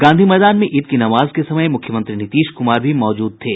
गांधी मैदान में ईद की नमाज के समय मुख्यमंत्री नीतीश कुमार भी मौजूद थे